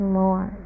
more